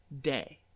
day